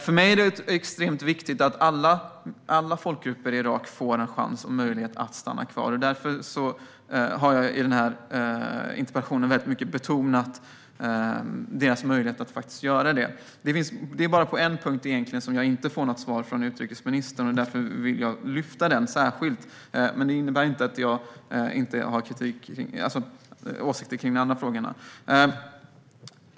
För mig är det extremt viktigt att alla folkgrupper i Irak får en chans och en möjlighet att stanna kvar. Därför har jag i denna interpellation väldigt mycket betonat deras möjlighet att faktiskt göra det. Det är egentligen bara på en punkt som jag inte får något svar från utrikesministern. Därför vill jag lyfta den särskilt. Men det innebär inte att jag inte har åsikter i de andra frågorna.